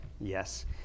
yes